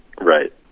Right